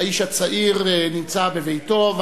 האיש הצעיר נמצא בביתו,